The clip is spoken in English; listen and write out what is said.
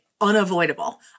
unavoidable